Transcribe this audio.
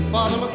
Father